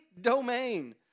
domain